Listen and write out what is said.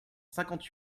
cinquante